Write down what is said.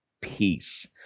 peace